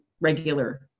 regular